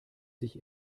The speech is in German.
sich